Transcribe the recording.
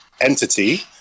entity